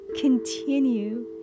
Continue